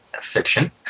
fiction